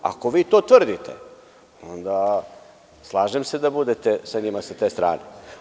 Ako vi to tvrdite, onda se slažem da budete sa njima sa te strane.